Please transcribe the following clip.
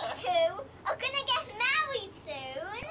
to ah kind of get married soon!